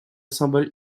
symbole